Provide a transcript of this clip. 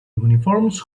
uniforms